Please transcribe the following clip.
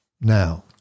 Now